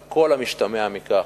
על כל המשתמע מכך,